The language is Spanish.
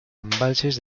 embalses